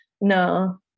no